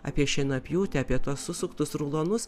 apie šienapjūtę apie tuos susuktus rulonus